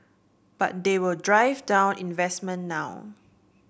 but they will drive down investment now